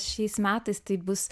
šiais metais tai bus